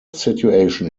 situation